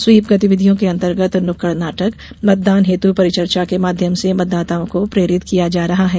SVEEP गतिविधियों के अंतर्गत नुक्कड नाटक मतदान हेतु परिचर्चा के माध्यम से मतदाताओं को प्रेरित किया जा रहा है